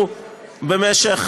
שתהיה.